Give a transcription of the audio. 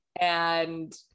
and-